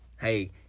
Hey